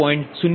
0384 0